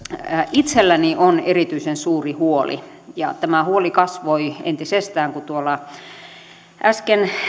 itselläni on erityisen suuri huoli ja tämä huoli kasvoi entisestään kun äsken